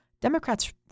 Democrats